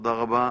תודה רבה.